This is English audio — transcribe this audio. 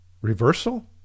reversal